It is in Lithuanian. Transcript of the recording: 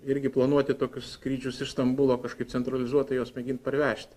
irgi planuoti tokius skrydžius iš stambulo kažkaip centralizuotai juos mėgint parvežti